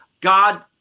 God